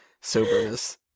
soberness